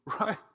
right